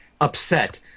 upset